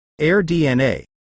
AirDNA